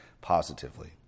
positively